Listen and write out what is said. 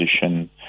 position